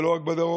ולא רק בדרום,